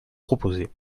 proposez